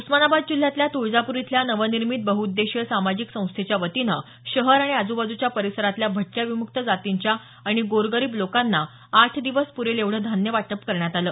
उस्मानाबाद जिल्ह्यातल्या तुळजापूर इथल्या नवनिर्मिती बहुउद्देशीय सामाजिक संस्थेच्यावतीनं शहर आणि आजूबाजूच्या परिसरातल्या भटक्या विमुक्त जातींच्या आणि गोरगरीब लोकांना आठ दिवस प्रेल एवढं धान्य वाटप करण्यात आलं